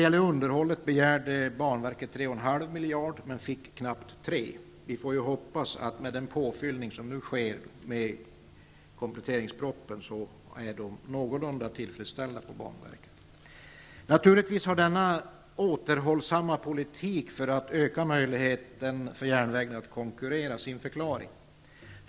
För underhåll begärde banverket 3,5 miljarder men fick knappt 3 miljarder. Vi får hoppas att banverkets önskemål blir någorlunda tillfredsställda genom den påfyllning som nu sker i och med kompletteringspropositionen. Naturligtvis har denna återhållsamma politik för att öka järnvägens möjligheter att konkurrera sin förklaring.